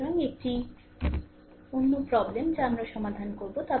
সুতরাং এটি একটি অন্য প্রব্লেম যা আমরা সমাধান করব